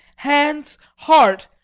hands, heart,